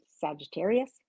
Sagittarius